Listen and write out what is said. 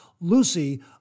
Lucy